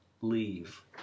leave